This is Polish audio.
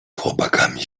chłopakami